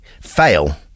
fail